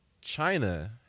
China